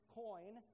coin